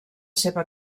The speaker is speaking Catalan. seva